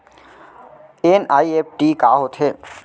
NEFT का होथे?